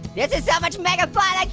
this is so much mega fun like